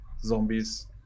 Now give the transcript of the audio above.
zombies